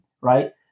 Right